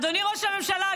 אדוני ראש הממשלה,